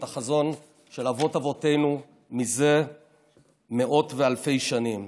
את החזון של אבות-אבותינו זה מאות ואלפי שנים.